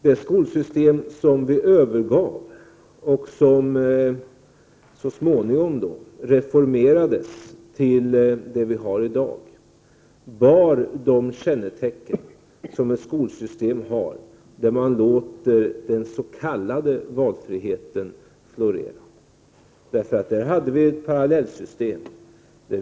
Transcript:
Det skolsystem som vi övergav och som så småningom reformerades till det vi har i dag bar de kännetecken som ett skolsystem har där man låter den s.k. valfriheten florera. Där hade vi ett parallellsystem.